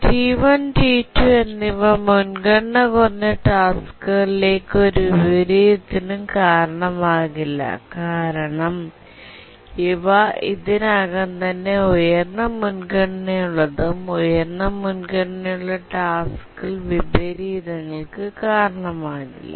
T1 T2 എന്നിവ മുൻഗണന കുറഞ്ഞ ടാസ്ക്കുകളിലേക്ക് ഒരു വിപരീതത്തിനും കാരണമാകില്ല കാരണം അവ ഇതിനകം തന്നെ ഉയർന്ന മുൻഗണനയുള്ളതും ഉയർന്ന മുൻഗണനയുള്ള ടാസ്ക്കുകൾ വിപരീതങ്ങൾക്ക് കാരണമാകില്ല